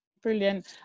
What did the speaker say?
Brilliant